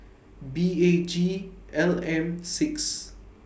B A G L M six